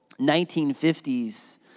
1950s